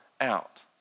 out